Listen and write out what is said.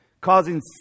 causing